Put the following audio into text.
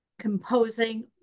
composing